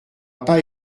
pas